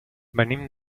venim